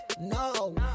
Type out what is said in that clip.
No